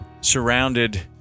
surrounded